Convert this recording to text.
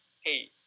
hey